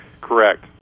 Correct